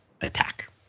attack